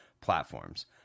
platforms